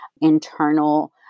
internal